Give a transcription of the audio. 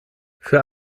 für